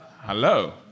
Hello